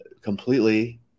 completely